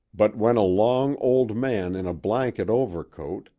but when a long old man in a blanket overcoat,